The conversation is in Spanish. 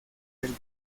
del